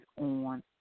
on